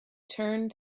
turned